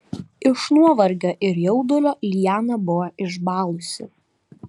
iš nuovargio ir jaudulio liana buvo išbalusi